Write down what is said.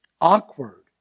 awkward